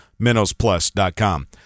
minnowsplus.com